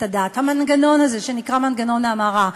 הדעת: המנגנון הזה שנקרא מנגנון ההמרה,